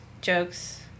Jokes